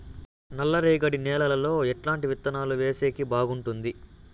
నల్లరేగడి నేలలో ఎట్లాంటి విత్తనాలు వేసేకి బాగుంటుంది?